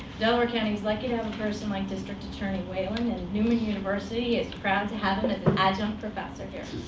delaware county is lucky to have a person like district attorney whelan. and neumann university is proud to have him and as an adjunct professor here.